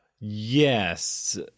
Yes